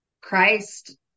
christ